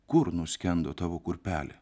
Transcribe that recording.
kur nuskendo tavo kurpelė